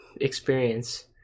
experience